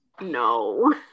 no